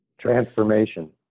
Transformation